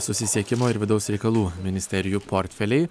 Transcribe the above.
susisiekimo ir vidaus reikalų ministerijų portfeliai